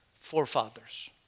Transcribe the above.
forefathers